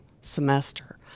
semester